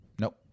Nope